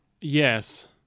Yes